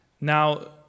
Now